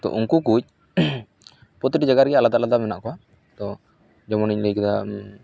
ᱛᱚ ᱩᱱᱠᱩ ᱠᱚ ᱯᱚᱛᱤᱴᱤ ᱡᱟᱭᱜᱟ ᱨᱮᱜᱮ ᱟᱞᱟᱫᱟ ᱟᱞᱟᱫᱟ ᱢᱮᱱᱟᱜ ᱠᱚᱣᱟ ᱛᱚ ᱡᱮᱢᱚᱱ ᱤᱧ ᱞᱟᱹᱭ ᱠᱮᱫᱟ